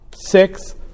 six